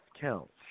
Counts